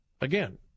again